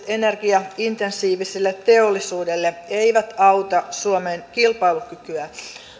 energiaintensiiviselle teollisuudelle eivät auta suomen kilpailukykyä